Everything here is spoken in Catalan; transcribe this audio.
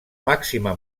màxima